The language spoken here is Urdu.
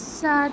سات